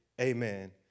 Amen